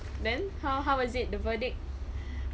then how how was it the verdict